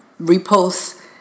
reposts